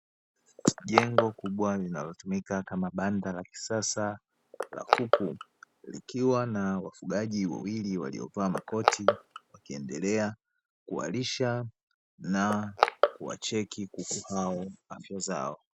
jengo kubwa inayotumika kama banda la kisasa la kuku, likiwa na ufugaji wawili waliovaa koti wakiendelea kuwalisha na kuwacheki kuku hao afya zao.